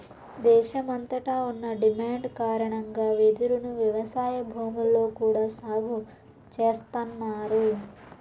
దేశమంతట ఉన్న డిమాండ్ కారణంగా వెదురును వ్యవసాయ భూముల్లో కూడా సాగు చేస్తన్నారు